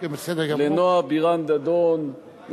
לנועה בירן-דדון,